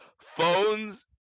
phones